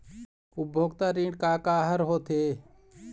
उपभोक्ता ऋण का का हर होथे?